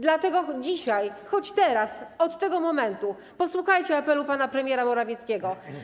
Dlatego dzisiaj, choć teraz, od tego momentu, posłuchajcie apelu pana premiera Morawieckiego.